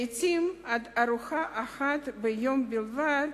לעתים עד ארוחה אחת ביום בלבד,